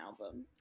album